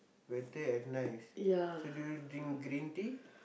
better and nice so do you drink green tea